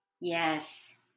Yes